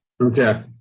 Okay